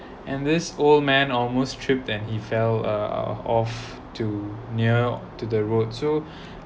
and this old man almost tripped and he fell uh off to near to the road so